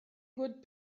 good